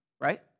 right